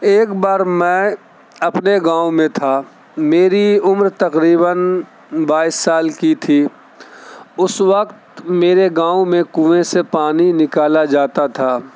ایک بار میں اپنے گاؤں میں تھا میری عمر تقریباً بائیس سال کی تھی اس وقت میرے گاؤں میں کنویں سے پانی نکالا جاتا تھا